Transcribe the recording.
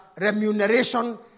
remuneration